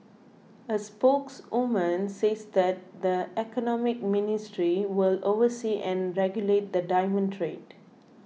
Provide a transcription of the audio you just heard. a spokeswoman says that the Economy Ministry will oversee and regulate the diamond trade